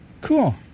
Cool